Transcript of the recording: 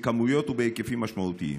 בכמויות ובהיקפים משמעותיים,